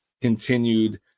continued